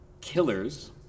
Killers